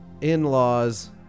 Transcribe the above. in-laws